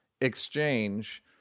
exchange